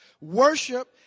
worship